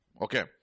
Okay